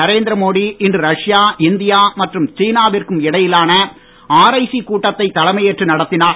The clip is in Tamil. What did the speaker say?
நரேந்திர மோடி இன்று ரஷ்யா இந்தியா மற்றும் சீனா விற்கு இடையிலான ஆர்ஐசி கூட்டத்தை தலைமையேற்று நடத்தினார்